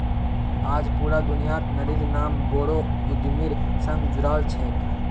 आज पूरा दुनियात नारिर नाम बोरो उद्यमिर संग जुराल छेक